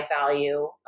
value